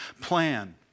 plan